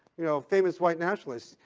you know famous white nationalist.